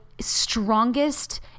strongest